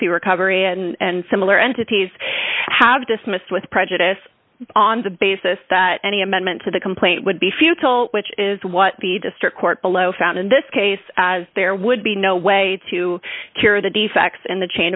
p recovery and similar entities have dismissed with prejudice on the basis that any amendment to the complaint would be futile which is what the district court below found in this case there would be no way to cure the defects in the chain